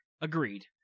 Agreed